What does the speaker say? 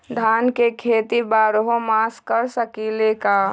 धान के खेती बारहों मास कर सकीले का?